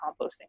composting